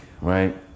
right